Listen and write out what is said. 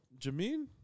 Jameen